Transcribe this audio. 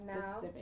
now